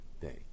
day